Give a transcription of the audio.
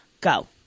Go